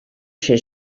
ser